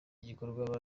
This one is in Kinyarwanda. gikorwa